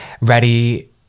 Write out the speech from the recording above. ready